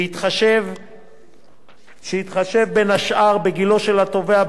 בהתחשב בין השאר בגילו של התובע,